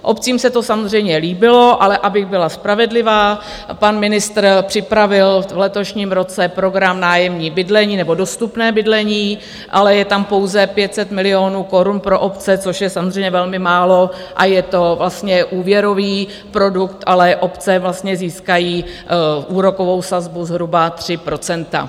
Obcím se to samozřejmě líbilo, ale abych byla spravedlivá, pan ministr připravil v letošním roce program Nájemní bydlení nebo dostupné bydlení, ale je tam pouze 500 milionů korun pro obce, což je samozřejmě velmi málo, a je to úvěrový produkt, ale obce vlastně získají úrokovou sazbu zhruba 3 %.